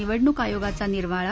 निवडणूक आयोगाचा निर्वाळा